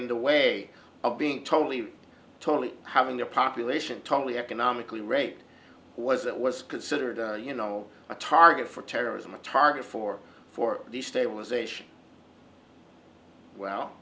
in the way of being totally totally having their population totally economically raped was that was considered you know a target for terrorism a target for for the stabilization well